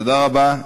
תודה רבה.